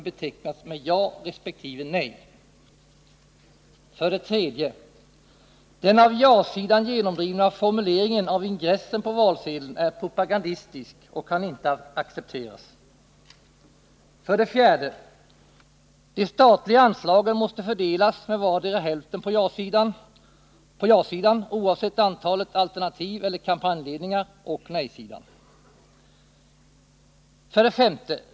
Den av ja-sidan genomdrivna formuleringen av ingressen på valsedeln är propagandistisk och kan ej accepteras. 4. De statliga anslagen måste fördelas med vardera hälften på ja-sidan och nej-sidan. 5.